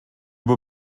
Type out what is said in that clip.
beau